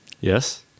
yes